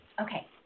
Okay